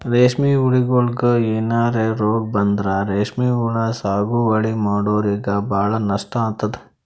ರೇಶ್ಮಿ ಹುಳಗೋಳಿಗ್ ಏನರೆ ರೋಗ್ ಬಂದ್ರ ರೇಶ್ಮಿ ಹುಳ ಸಾಗುವಳಿ ಮಾಡೋರಿಗ ಭಾಳ್ ನಷ್ಟ್ ಆತದ್